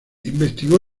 investigó